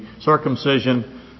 circumcision